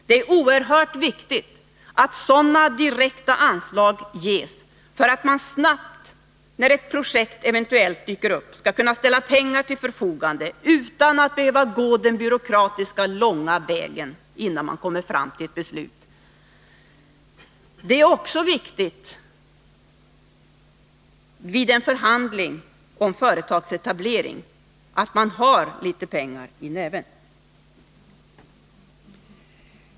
Det är oerhört viktigt att sådana direkta anslag ges för att man snabbt, när ett projekt eventuellt dyker upp, skall kunna ställa pengar till förfogande utan att behöva gå den byråkratiska långa vägen innan man kommer fram till ett beslut. Det är också viktigt vid en förhandling om företagsetablering att man har litet pengar i näven.